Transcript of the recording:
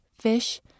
fish